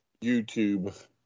YouTube